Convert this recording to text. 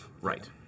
Right